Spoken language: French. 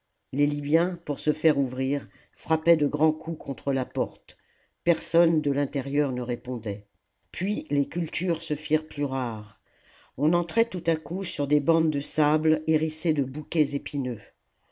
les libyens pour se faire ouvrir frappaient de grands coups contre la porte personne de l'intérieur ne répondait puis les cultures se firent plus rares on entrait tout à coup sur des bandes de sable hérissées de bouquets épineux